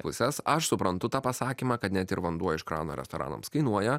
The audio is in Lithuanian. pusės aš suprantu tą pasakymą kad net ir vanduo iš krano restoranams kainuoja